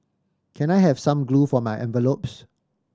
can I have some glue for my envelopes